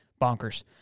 bonkers